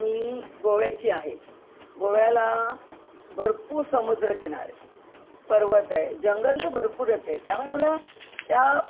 मी गोव्याची आहे गोव्याला भरपूर समुद्रकिनारे पर्वत आहे जंगल तर भरपूरच आहे त्यामुळे मला त्या